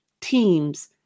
teams